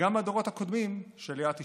וגם לדורות הקודמים של ליאת אשתי,